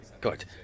Good